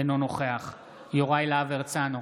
אינו נוכח יוראי להב הרצנו,